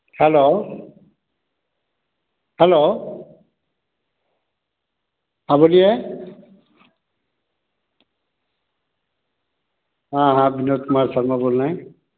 hello hello हाँ बोलिए हाँ हाँ विनोद कुमार शर्मा बोल रहे हैं